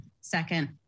Second